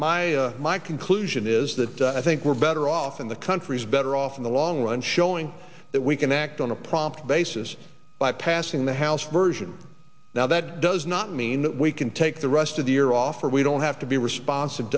my my conclusion is that i think we're better off in the country is better off in the long run showing that we can act on a prompt basis by passing the house version now that does not mean that we can take the rest of the year off or we don't have to be responsi